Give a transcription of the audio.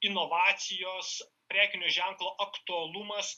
inovacijos prekinio ženklo aktualumas